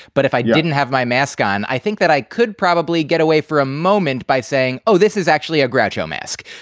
but if i didn't have my mask on, i think that i could probably get away for a moment by saying, oh, this is actually a gradual mask.